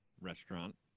restaurant